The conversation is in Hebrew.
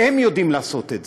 והן יודעות לעשות את זה,